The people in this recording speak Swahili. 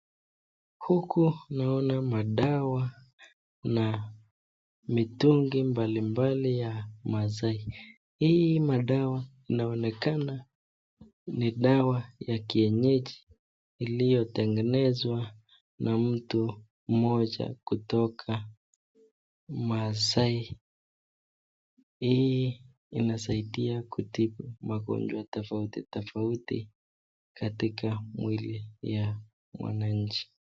Huku naona madawa na mitungi mbalimbali ya Maasai. Hii madawa inaonekana ni dawa ya kienyeji iliyotengenezwa na mtu mmoja kutoka Maasai. Hii inasaidia kutibu magonjwa tofauti tofauti katika mwili ya mwananchi.